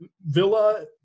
Villa